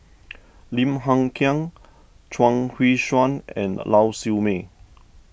Lim Hng Kiang Chuang Hui Tsuan and Lau Siew Mei